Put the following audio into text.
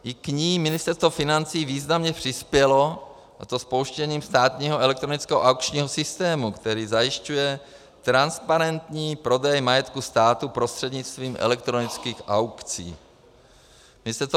I k ní Ministerstvo financí významně přispělo, a to spouštěním státního elektronického aukčního systému, který zajišťuje transparentní prodej majetku státu prostřednictvím elektronických aukcí.